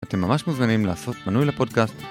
אתם ממש מוזמנים לעשות מנוי לפודקאסט